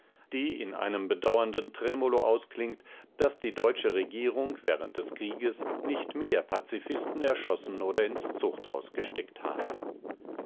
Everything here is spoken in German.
die in einem bedauernden tremolo ausklingt daß die deutsche regierung während des krieges nicht mehr pazifisten erschossen oder ins zuchthaus gesteckt habe